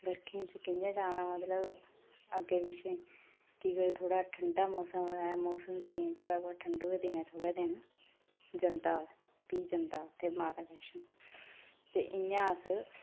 बर्खें च कियां जाना मतलब अग्गें पिच्छें कि कोई थोह्ड़ा ठण्डा मौसम होवे मौसम चेंज होवै कुतै ठंडू दे दिनें थोह्ड़े दिन जंदा फ्ही जंदा उत्थै माता वैष्णो ते इयां अस